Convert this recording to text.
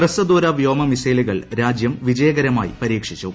ഹ്രസ്വ ദൂര വ്യോമ മിസൈലുകൾ രാജ്യം വിജയകരമായി ന് പരീക്ഷിച്ചു